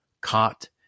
caught